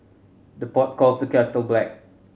the pot calls the kettle black